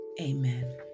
Amen